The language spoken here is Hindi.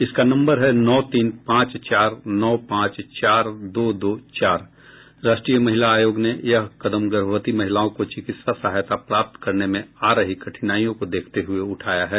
इसका नम्बर है नौ तीन पांच चार नौ पांच चार दो दो चार राष्ट्रीय महिला आयोग ने यह कदम गर्भवती महिलाओं को चिकित्सा सहायता प्राप्त करने में आ रही कठिनाईयों को देखते हए उठाया है